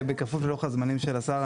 ובכפוף ללוח הזמנים של יושב